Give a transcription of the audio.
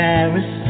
Paris